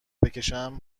بکشم